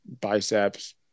biceps